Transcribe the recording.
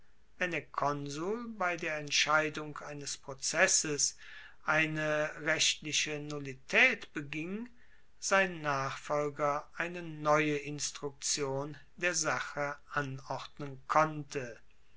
wenn der konsul bei der entscheidung eines prozesses eine rechtliche nullitaet beging sein nachfolger eine neue instruktion der sache anordnen konnte